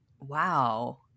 wow